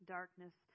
Darkness